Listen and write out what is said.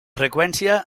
freqüència